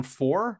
four